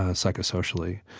ah psychosocially.